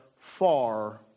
far